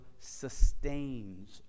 sustains